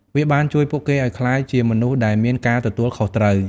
វាបានជួយពួកគេឱ្យក្លាយជាមនុស្សដែលមានការទទួលខុសត្រូវ។